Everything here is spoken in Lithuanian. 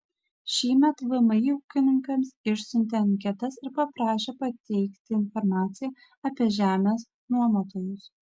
šįmet vmi ūkininkams išsiuntė anketas ir paprašė pateikti informaciją apie žemės nuomotojus